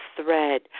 thread